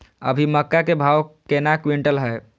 अभी मक्का के भाव केना क्विंटल हय?